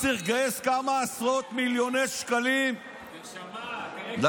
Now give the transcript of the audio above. צריך לגייס כמה עשרות מיליוני שקלים, למה?